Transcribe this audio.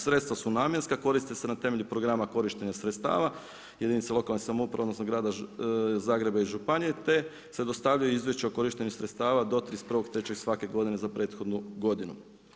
Sredstva su namjenska, koriste se na temelju programa korištenja sredstava, jedinica lokalne samouprave odnosno Grada Zagreba i županije te se dostavljaju izvješća o korištenju sredstava do 31.03. svake godine za prethodnu godinu.